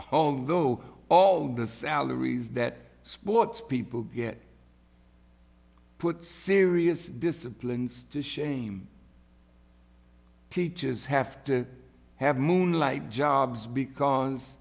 although all the salaries that sports people get put serious disciplines to shame teachers have to have moonlight jobs because